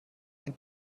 ein